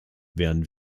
werden